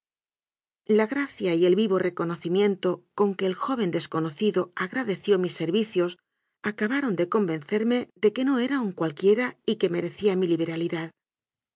oro la gracia y el vivo reconocimiento con que el joven desconocido agradeció mis servicios aca baron de convencerme de que no era un cualquie ra y que merecía mi liberalidad